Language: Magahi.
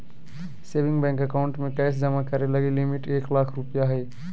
सेविंग बैंक अकाउंट में कैश जमा करे लगी लिमिट एक लाख रु हइ